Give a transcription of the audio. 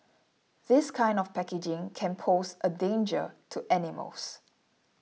this kind of packaging can pose a danger to animals